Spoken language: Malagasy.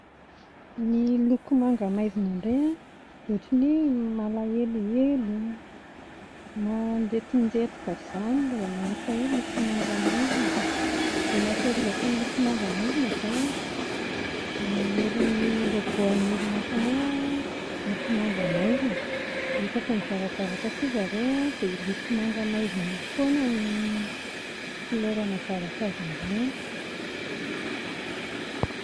Ny loko manga maizina indray a dia ohatran'ny hoe malahelohelo, manjetonjetoka izany raha vao mahita hoe loko manga maizina, ny hatsiarovako ny loko manga maizina izao a, ny logo an'ny orinasanay a loko manga maizina dia isaky ny mizara zavatra koa zareo a dia io loko manga maizina io foana no couleur ana zavatra zarainy